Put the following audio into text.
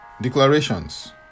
Declarations